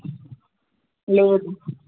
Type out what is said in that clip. లేదు